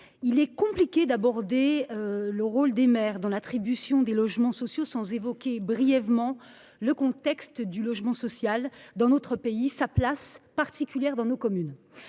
il est compliqué d’aborder le rôle des maires dans l’attribution des logements sociaux sans évoquer brièvement la situation du logement social dans notre pays, sa place dans nos communes.